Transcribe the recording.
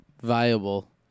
viable